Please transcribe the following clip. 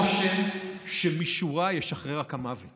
נכון, אבל שם עושה רושם ש"משורה ישחרר רק המוות".